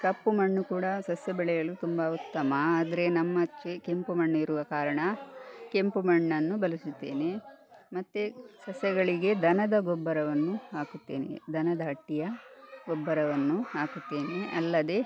ಕಪ್ಪು ಮಣ್ಣು ಕೂಡ ಸಸ್ಯ ಬೆಳೆಯಲು ತುಂಬ ಉತ್ತಮ ಆದರೆ ನಮ್ಮ ಆಚೆ ಕೆಂಪು ಮಣ್ಣಿರುವ ಕಾರಣ ಕೆಂಪು ಮಣ್ಣನ್ನು ಬಳಸುತ್ತೇನೆ ಮತ್ತು ಸಸ್ಯಗಳಿಗೆ ದನದ ಗೊಬ್ಬರವನ್ನು ಹಾಕುತ್ತೇನೆ ದನದ ಹಟ್ಟಿಯ ಗೊಬ್ಬರವನ್ನು ಹಾಕುತ್ತೇನೆ ಅಲ್ಲದೆ